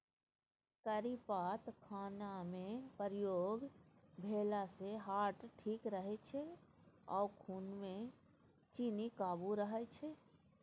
करी पात खानामे प्रयोग भेलासँ हार्ट ठीक रहै छै आ खुनमे चीन्नी काबू रहय छै